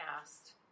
asked